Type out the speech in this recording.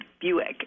Buick